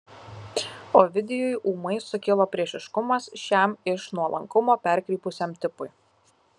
ovidijui ūmai sukilo priešiškumas šiam iš nuolankumo perkrypusiam tipui